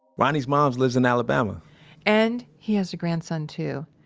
ronnie's mom lives in alabama and he has a grandson, too.